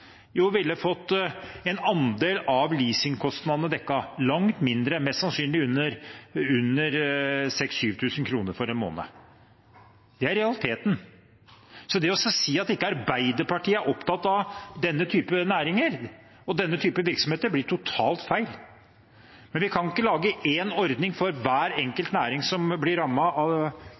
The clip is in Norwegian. Jo, han ville fått en andel av leasingkostnadene dekket – langt mindre, mest sannsynlig under 6 000–7 000 kr for en måned. Det er realiteten. Så det å si at ikke Arbeiderpartiet er opptatt av denne type næringer og denne type virksomheter, blir totalt feil. Vi kan ikke lage én ordning for hver enkelt næring som blir rammet av